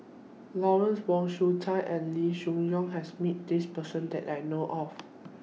Lawrence Wong Shyun Tsai and Loo Choon Yong has Met This Person that I know of